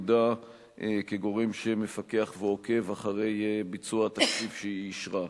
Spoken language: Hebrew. ואת ייעודה כגורם שמפקח ועוקב אחר ביצוע התקציב שהיא אישרה.